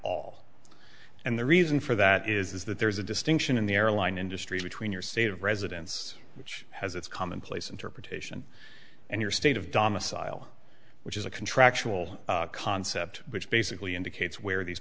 all and the reason for that is that there is a distinction in the airline industry between your state of residence which has its commonplace interpretation and your state of domicile which is a contractual concept which basically indicates where these